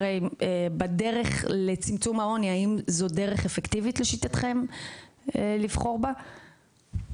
האם זו דרך אפקטיבית לבחור בה בדרך לצמצום העוני?